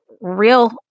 real